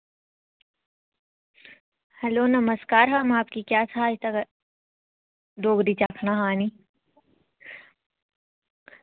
hello नमस्कार हम आपकी क्या सहायता कर डोगरी च आक्खना हा नी